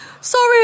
sorry